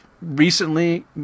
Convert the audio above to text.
recently